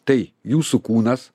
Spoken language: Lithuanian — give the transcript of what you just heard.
tai jūsų kūnas